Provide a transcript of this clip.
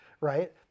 right